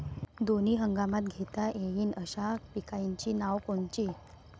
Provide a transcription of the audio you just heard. दोनी हंगामात घेता येईन अशा पिकाइची नावं कोनची?